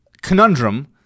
Conundrum